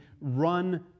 run